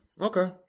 Okay